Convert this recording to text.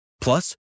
Plus